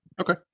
Okay